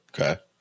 Okay